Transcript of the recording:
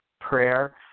prayer